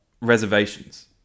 reservations